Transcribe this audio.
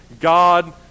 God